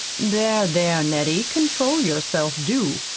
there, there, nettie, control yourself, do!